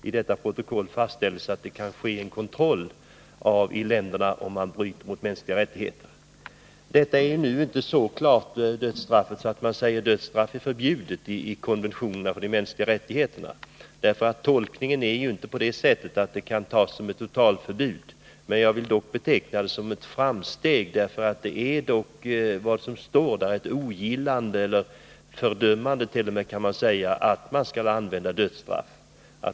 I detta fastställdes att det kan ske en kontroll av att länderna inte bryter mot de mänskliga rättigheterna. Skrivningarna i konventionerna om de mänskliga rättigheterna är när det gäller dödsstraffet dock inte så uttryckligt utformade att de kan tolkas som ett totalförbud mot denna strafform. Men jag vili ändå beteckna dem som ett framsteg. Vad som står där kan nämligen sägas vara uttryck för ett ogillande eller t.o.m. ett fördömande av användningen av dödsstraff.